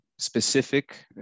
specific